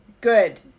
good